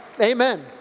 Amen